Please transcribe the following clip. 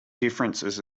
differences